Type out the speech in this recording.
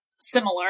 similar